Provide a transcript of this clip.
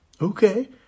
Okay